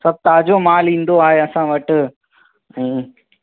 सभु ताज़ो मालु ईंदो आहे असां वटि हूं